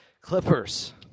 Clippers